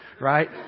Right